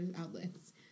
outlets